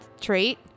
trait